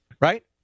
right